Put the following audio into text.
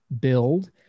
build